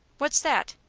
what's that?